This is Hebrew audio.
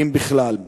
אם בכלל.